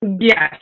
yes